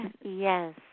yes